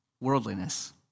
Worldliness